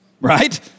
Right